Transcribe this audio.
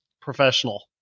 professional